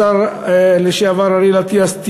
השר לשעבר אריאל אטיאס,